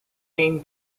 being